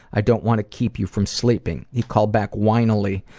i don't want to keep you from sleeping. he called back whinily,